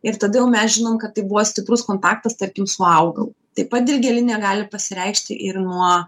ir tada jau mes žinom kad tai buvo stiprus kompaktas tarkim su augalu taip pat dilgėlinė gali pasireikšti ir nuo